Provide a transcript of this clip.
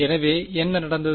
எனவே என்ன நடந்தது